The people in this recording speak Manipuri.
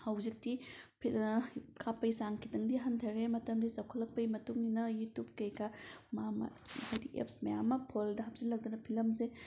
ꯍꯧꯖꯤꯛꯇꯤ ꯀꯥꯞꯄꯒꯤ ꯆꯥꯡ ꯈꯤꯇꯪꯗꯤ ꯍꯟꯊꯔꯦ ꯃꯇꯝꯁꯤ ꯆꯥꯎꯈꯠꯂꯛꯄꯒꯤ ꯃꯇꯨꯡ ꯏꯟꯅ ꯌꯨꯇꯨꯞ ꯀꯩꯀꯥ ꯍꯥꯏꯕꯗꯤ ꯑꯦꯞꯁ ꯃꯌꯥꯝ ꯑꯃ ꯐꯣꯜꯗ ꯍꯥꯞꯆꯤꯜꯂꯛꯇꯨꯅ ꯐꯤꯂꯝꯁꯦ